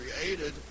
created